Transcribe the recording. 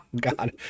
God